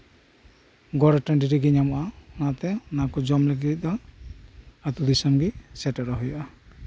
ᱜᱚᱲ ᱴᱟᱹᱰᱤ ᱨᱮᱜᱮ ᱧᱟᱢᱚᱜᱼᱟ ᱚᱱᱟᱠᱚ ᱡᱚᱢ ᱞᱟᱹᱜᱤᱫ ᱫᱚ ᱟᱹᱛᱩ ᱫᱤᱥᱚᱢᱜᱮ ᱥᱮᱴᱮᱨᱚᱜ ᱦᱩᱭᱩᱜᱼᱟ